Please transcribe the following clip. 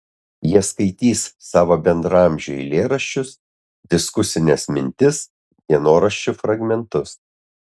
jie skaitys savo bendraamžių eilėraščius diskusines mintis dienoraščių fragmentus